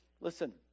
listen